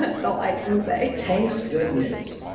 that's all i can say. tanksgoodnews.